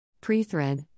Pre-thread